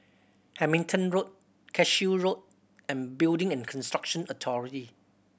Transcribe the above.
Hamilton Road Cashew Road and Building and Construction Authority